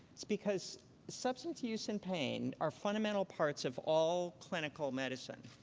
it's because substance use and pain are fundamental parts of all clinical medicine.